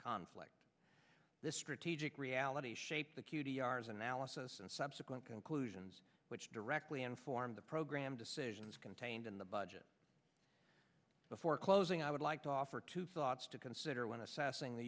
conflict the strategic reality shaped the q t r as an ally and subsequent conclusions which directly inform the program decisions contained in the budget before closing i would like to offer two thoughts to consider when assessing the